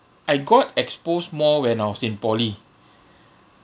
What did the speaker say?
I got exposed more when I was in poly